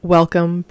Welcome